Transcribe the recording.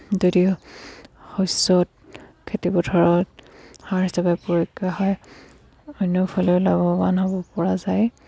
যদি শস্যত খেতি পথাৰত সাৰ হিচাপে প্ৰয়োগ কৰা হয় অন্যফালেও লাভৱান হ'ব পৰা যায়